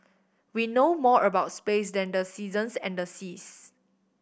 we know more about space than the seasons and the seas